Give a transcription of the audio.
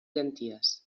llenties